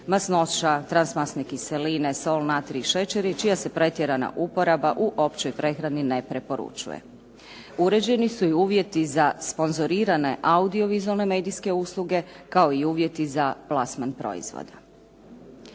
se ne razumije./… kiseline, sol, natrij i šećeri, čija se pretjerana uporaba u općoj prehrani ne preporučuje. Uređeni su i uvjeti za sponzorirane audiovizualne medijske usluge, kao i uvjeti za plasman proizvoda.